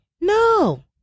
No